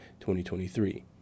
2023